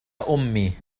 أمي